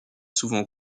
souvent